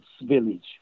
village